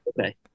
okay